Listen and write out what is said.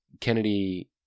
Kennedy